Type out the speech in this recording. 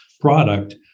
product